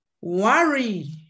Worry